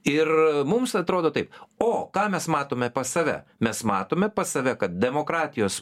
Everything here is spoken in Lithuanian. ir mums atrodo taip o ką mes matome pas save mes matome pas save kad demokratijos